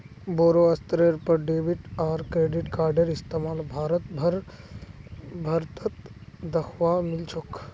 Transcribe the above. बोरो स्तरेर पर डेबिट आर क्रेडिट कार्डेर इस्तमाल भारत भर त दखवा मिल छेक